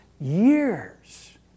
years